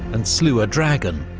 and slew a dragon.